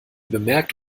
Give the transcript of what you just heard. bemerkt